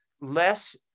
less